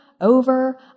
over